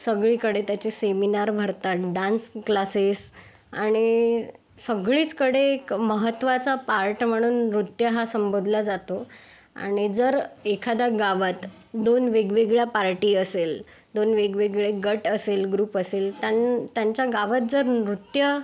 सगळीकडे त्याचे सेमिनार भरतात डान्स क्लासेस आणि सगळीकडे महत्त्वाचा पार्ट म्हणून नृत्य हा संबोधला जातो आणि जर एखादा गावात दोन वेगवेगळ्या पार्टी असेल दोन वेगवेगळे गट असेल ग्रुप असेल तर त्यांच्या गावात जर नृत्य